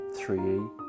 3e